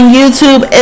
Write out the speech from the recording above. YouTube